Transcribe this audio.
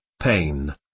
pain